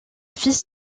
fils